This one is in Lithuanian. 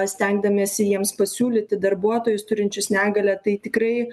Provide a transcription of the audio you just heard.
stengdamiesi jiems pasiūlyti darbuotojus turinčius negalią tai tikrai